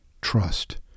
trust